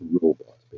robot